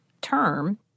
term